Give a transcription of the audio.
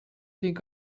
think